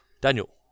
Daniel